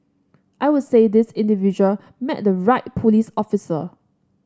I would say this individual met the right police officer